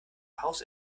hause